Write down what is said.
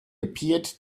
appeared